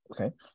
Okay